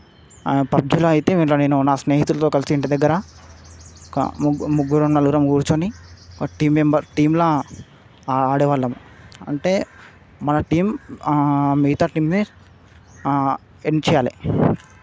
పబ్జిలో అయితే దీంట్లో నేను నా స్నేహితులతో కలిసి ఇంటిదగ్గర కా ముగ్గు ముగ్గురం నలుగురం కూర్చొని ఒక టీమ్ మెంబెర్ టీమ్లా ఆడేవాళ్ళం అంటే మన టీమ్ మిగతా టీమ్ని ఎండ్ చేయాలి